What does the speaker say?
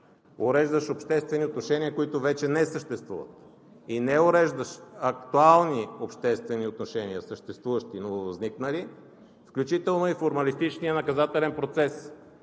уреждащ обществени отношения, които вече не съществуват, и неуреждащ актуални обществени отношения, съществуващи, нововъзникнали, включително и формалистичният наказателен процес,